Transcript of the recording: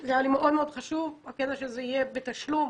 זה היה לי מאוד חשוב הקטע שזה יהיה בתשלום